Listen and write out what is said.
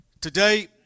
Today